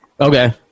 okay